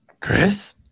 chris